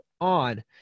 on